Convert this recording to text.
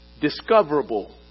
Discoverable